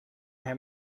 herr